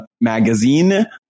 magazine